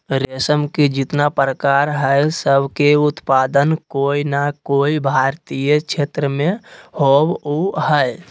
रेशम के जितना प्रकार हई, सब के उत्पादन कोय नै कोय भारतीय क्षेत्र मे होवअ हई